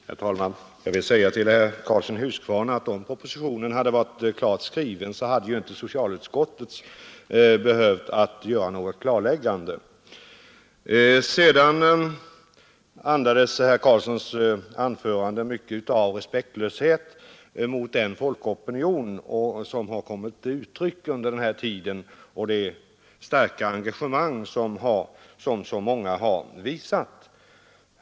Herr talman! Jag vill säga till herr Karlsson i Huskvarna att socialutskottet, om propositionen hade varit klart skriven, ju inte hade behövt göra något klarläggande. Sedan andades herr Karlssons anförande mycket av respektlöshet mot den folkopinion som har kommit till uttryck och det starka engagemang som så många har visat.